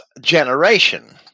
generation